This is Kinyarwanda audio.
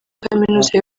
kaminuza